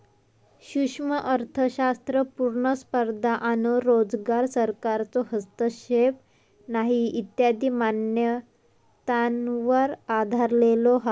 सूक्ष्म अर्थशास्त्र पुर्ण स्पर्धा आणो रोजगार, सरकारचो हस्तक्षेप नाही इत्यादी मान्यतांवर आधरलेलो हा